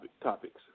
topics